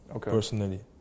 personally